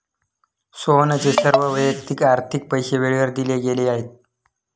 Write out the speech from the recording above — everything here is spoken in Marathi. सोहनचे सर्व वैयक्तिक आर्थिक पैसे वेळेवर दिले गेले आहेत